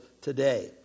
today